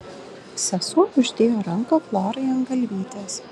sesuo uždėjo ranką florai ant galvytės